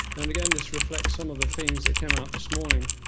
and again this reflects some of the themes that came out this morning,